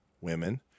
women